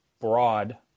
broad